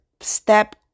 step